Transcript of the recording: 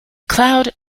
cloud